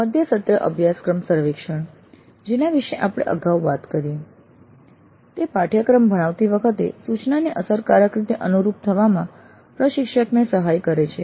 મધ્યસત્ર અભ્યાસક્રમ સર્વેક્ષણ જેના વિષે આપણે અગાઉ વાત કરી તે પાઠ્યક્રમ ભણાવતી વખતે સૂચનાને અસરકારક રીતે અનુરૂપ થવામાં પ્રશિક્ષકને સહાય કરે છે